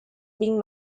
being